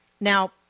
Now